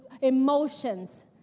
emotions